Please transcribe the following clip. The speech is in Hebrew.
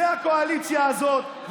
זו הקואליציה הזאת,